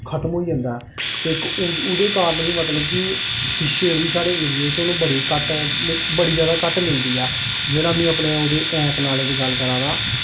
खतम होई जंदा ते ओह्दे कारन बी मतलब कि फिश जेह्ड़ी साढ़े एरिये च हून बड़ी घट्ट बड़ा जादा घट्ट मिलदी ऐ जेह्ड़ा में अपने ओह्दे ऐक नाले दी गल्ल करा दा